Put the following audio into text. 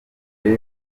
rero